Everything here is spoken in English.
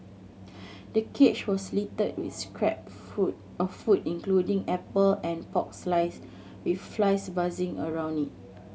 the cage was littered with scrap food of food including apple and pork slice with flies buzzing around it